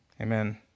Amen